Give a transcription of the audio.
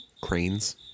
Cranes